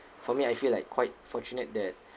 for me I feel like quite fortunate that